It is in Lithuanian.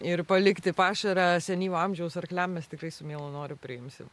ir palikti pašarą senyvo amžiaus arkliam mes tiktai su mielu noru priimsim